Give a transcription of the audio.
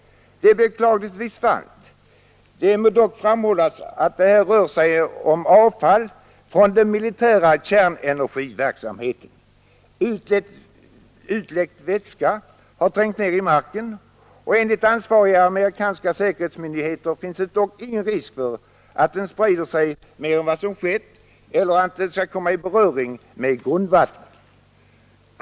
Detta är beklagligtvis sant. Det må dock framhållas att det här rör sig om avfall från den militära kärnenergiverksamheten. Utläckt vätska har trängt ned i marken. Enligt ansvariga amerikanska säkerhetsmyndigheter finns det dock ingen risk för att den sprider sig mer än vad som skett eller att den skall komma i beröring med grundvatten.